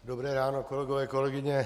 Dobré ráno, kolegové, kolegyně.